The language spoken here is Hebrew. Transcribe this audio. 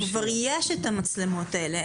כבר יש את המצלמות האלה.